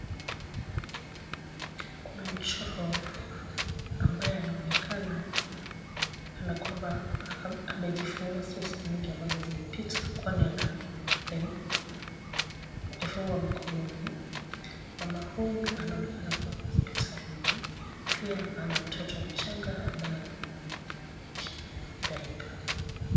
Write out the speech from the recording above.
Kuna mchoro wa mama ambaye anaonekana kana kwamba amejifungua, sio siku nyingi ambazo zimepita kwani ana fungwa mkononi. Mama huyu anaonekana kuwa hospitalini pia ana mtoto changa ambaye anaoneka kumbadilisha diaper .